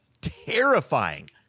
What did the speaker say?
terrifying